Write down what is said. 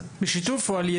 בשיתוף או על ידי?